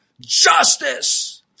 justice